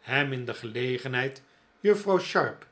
hem in de gelegenheid juffrouw sharp